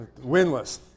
winless